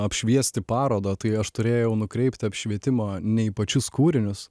apšviesti parodą tai aš turėjau nukreipti apšvietimą ne į pačius kūrinius